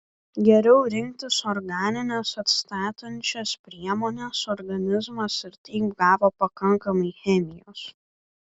geriau rinktis organines atstatančias priemones organizmas ir taip gavo pakankamai chemijos